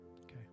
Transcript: okay